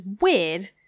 weird